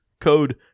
code